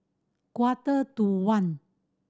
quarter to one